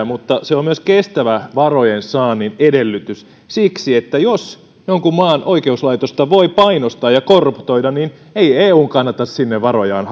mutta se on myös kestävä varojensaannin edellytys siksi että jos jonkun maan oikeuslaitosta voi painostaa ja korruptoida niin ei eun kannata sinne varojaan